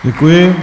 Děkuji.